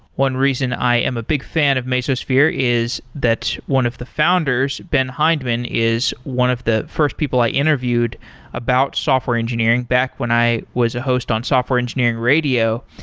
one reason i am a big fan of mesosphere is that one of the founders, ben hindman, is one of the first people i interviewed about software engineering back when i was a host on software engineering radio,